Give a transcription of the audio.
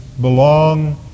belong